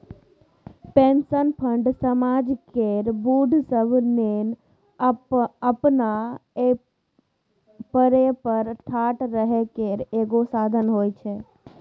pension fund समाज केर बूढ़ सब लेल अपना पएर पर ठाढ़ रहइ केर एगो साधन होइ छै